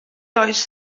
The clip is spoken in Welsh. oes